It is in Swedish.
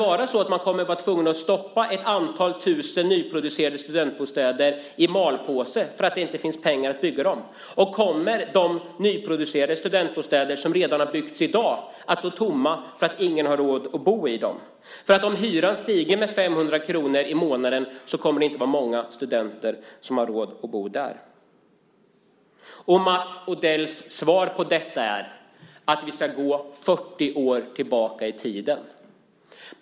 Blir man tvungen att stoppa ett antal tusen nyproducerade studentbostäder i malpåse för att det inte finns pengar att bygga dem? Kommer de nyproducerade studentbostäderna, de som alltså redan byggts, att få stå tomma för att ingen har råd att bo i dem? Om hyran stiger med 500 kr i månaden kommer det inte att finnas många studenter som har råd att bo där. Mats Odells svar på detta är att vi ska gå 40 år tillbaka i tiden.